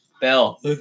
Bell